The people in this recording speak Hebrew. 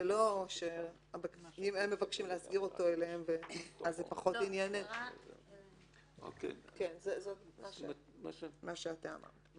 ולא שאם הם מבקשים אותו אליהם אז זה פחות -- אז מה שאתה אמרת.